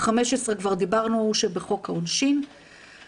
15 בחוק העונשין, דיברנו על כך.